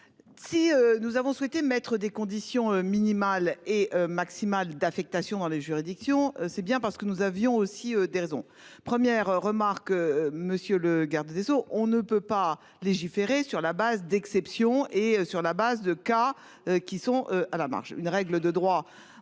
Si nous avons souhaité mettre des conditions minimales et maximales d'affectation dans les juridictions, c'est bien parce que nous avions aussi des raisons premières remarque monsieur le garde des Sceaux. On ne peut pas légiférer sur la base d'exception et sur la base de cas qui sont à la marge, une règle de droit,